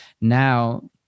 Now